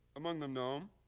among them noam,